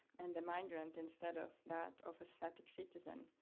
and the migrant instead of that of a static citizen.